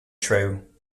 true